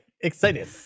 excited